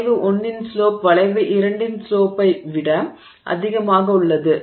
வளைவு 1 இன் ஸ்லோப் வளைவு 2 இன் ஸ்லோப்பை விட அதிகமாக உள்ளது